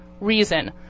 reason